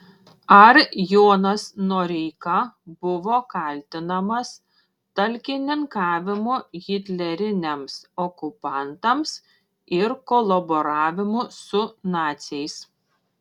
ar jonas noreika buvo kaltinamas talkininkavimu hitleriniams okupantams ir kolaboravimu su naciais